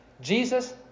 Jesus